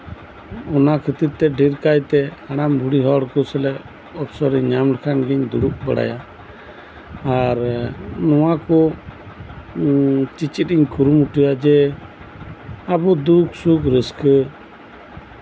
ᱚᱱᱟ ᱠᱷᱟᱛᱤᱨ ᱛᱮ ᱰᱷᱮᱨ ᱠᱟᱭᱛᱮ ᱦᱟᱲᱟᱢ ᱵᱩᱲᱦᱤ ᱦᱚᱲ ᱠᱚ ᱟᱥᱚᱞᱮ ᱧᱟᱢ ᱞᱮᱠᱚ ᱠᱷᱟᱱ ᱜᱤᱧ ᱫᱩᱲᱩᱵᱟ ᱵᱟᱲᱟᱭᱟ ᱟᱨ ᱱᱚᱣᱟ ᱠᱚ ᱪᱮᱪᱮᱫ ᱤᱧ ᱠᱩᱨᱩᱢᱩᱴᱩᱭᱟ ᱟᱵᱚ ᱫᱩᱠ ᱥᱩᱠ ᱨᱟᱹᱥᱠᱟᱹ